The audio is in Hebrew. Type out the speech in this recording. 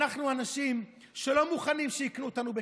אנחנו אנשים שלא מוכנים שיקנו אותנו בכסף,